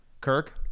Kirk